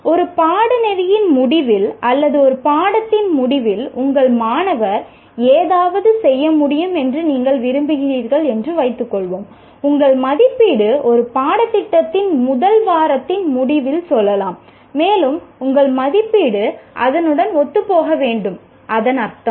ஒரு பாடநெறியின் முடிவில் அல்லது ஒரு பாடத்தின் முடிவில் உங்கள் மாணவர் ஏதாவது செய்ய முடியும் என்று நீங்கள் விரும்புகிறீர்கள் என்று வைத்துக் கொள்வோம் உங்கள் மதிப்பீடு ஒரு பாடத்திட்டத்தின் முதல் வாரத்தின் முடிவில் சொல்லலாம் மேலும் உங்கள் மதிப்பீடு அதனுடன் ஒத்துப்போக வேண்டும் அதன் அர்த்தம்